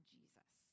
Jesus